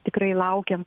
tikrai laukiam